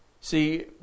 See